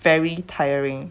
very tiring